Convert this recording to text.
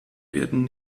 werden